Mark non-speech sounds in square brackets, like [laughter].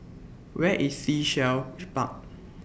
Where IS Sea Shell [noise] Park